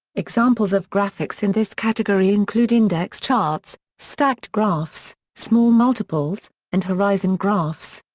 examples of graphics in this category include index charts, stacked graphs, small multiples, and horizon graphs.